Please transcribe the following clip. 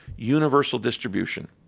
universal distribution.